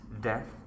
Death